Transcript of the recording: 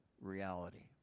reality